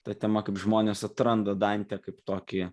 ta tema kaip žmonės atranda dantę kaip tokį